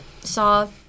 saw